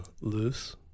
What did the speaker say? loose